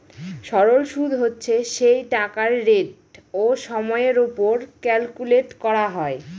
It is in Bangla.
সরল সুদ হচ্ছে সেই টাকার রেট ও সময়ের ওপর ক্যালকুলেট করা হয়